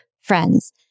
friends